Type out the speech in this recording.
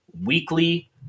weekly